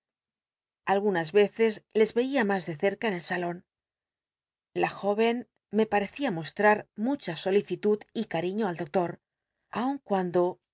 algunas yeces les cia mas de cerca en el salon la jól'en me parccia mo trar mucha solicitud y cariiio al doctor aun cuando